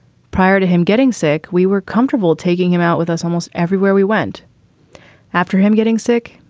prior to him getting sick, we were comfortable taking him out with us almost everywhere we went after him getting sick.